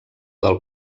del